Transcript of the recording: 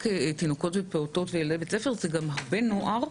רק לתינוקות ולפעוטות אלא גם לבני נוער,